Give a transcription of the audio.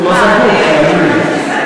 הוא לא זקוק לזה, תאמיני לי.